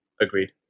Agreed